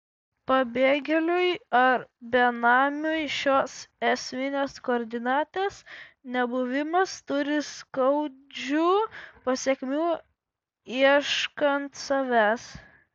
pabėgėliui ar benamiui šios esminės koordinatės nebuvimas turi skaudžių pasekmių ieškant savęs